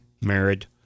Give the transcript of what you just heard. married